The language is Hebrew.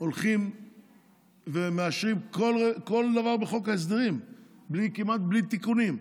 הולכים ומאשרים כל דבר בחוק ההסדרים כמעט בלי תיקונים,